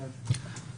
הצבעה אושר.